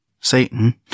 Satan